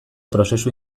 prozesu